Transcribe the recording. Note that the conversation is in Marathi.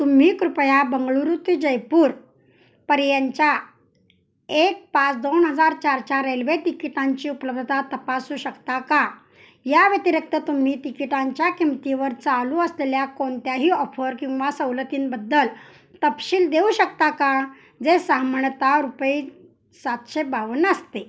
तुम्ही कृपया बंगलूरू ते जयपूर पर्यंतच्या एक पाच दोन हजार चारच्या रेल्वे तिकिटांची उपलब्धता तपासू शकता का या व्यतिरिक्त तुम्ही तिकिटांच्या किंमतीवर चालू असलेल्या कोणत्याही ऑफर किंवा सवलतींबद्दल तपशील देऊ शकता का जे सामान्यतः रुपये सातशे बावन्न असते